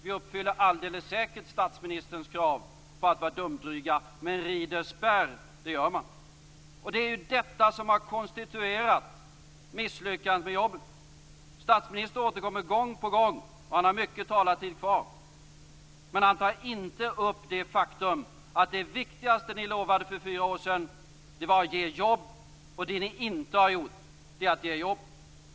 Vi uppfyller alldeles säkert statsministerns krav på att vara dumdryga, men rider spärr det gör man. Det är detta som har konstituerat misslyckandet med jobben. Statsministern återkommer gång på gång, och han har mycket talartid kvar, men han tar inte upp det faktum att det viktigaste ni lovade för fyra år sedan var att ge jobb. Och det ni inte har gjort är att ge jobb.